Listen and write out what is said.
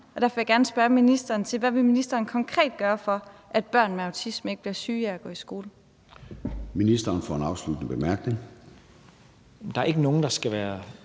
derfor vil jeg gerne spørge ministeren: Hvad vil ministeren konkret gøre, for at børn med autisme ikke bliver syge af at gå i skole?